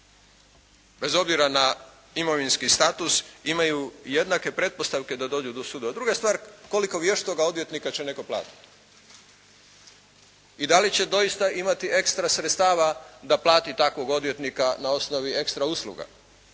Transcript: bez obzira na imovinski status imaju jednake pretpostavke da dođu do suda, druga je stvar koliko vještoga odvjetnika će netko platiti i da li će doista imati ekstra sredstava da plati takvog odvjetnika na osnovi ekstra usluga.